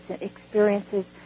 experiences